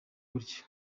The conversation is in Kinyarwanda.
gutyo